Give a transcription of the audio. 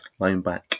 Lineback